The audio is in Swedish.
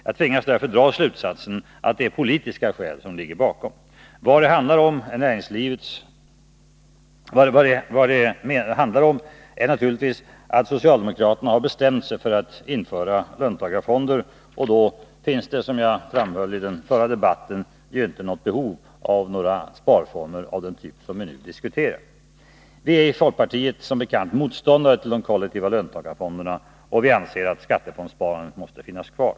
Jag tvingas därför dra slutsatsen att det är politiska skäl som ligger bakom. Vad det då handlar om är naturligtvis att socialdemokraterna har bestämt sig för att införa löntagarfonder, och i så fall finns det ju, som jag framhöll i den förra debatten, inget behov av några sparformer av den typ som vi nu diskuterar. Vi är i folkpartiet som bekant motståndare till de kollektiva löntagarfonderna, och vi anser att skattefondssparandet måste finnas kvar.